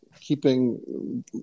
keeping